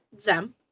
Zem